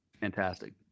Fantastic